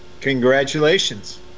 Congratulations